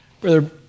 Brother